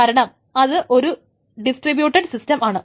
കാരണം ഇത് ഒരു ഡിസ്ട്രിബ്യൂട്ടട് സിസ്റ്റം ആണ്